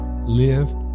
live